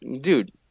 Dude